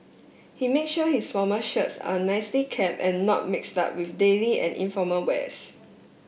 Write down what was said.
he made sure his formal shirts are nicely kept and not mixed up with daily and informal wears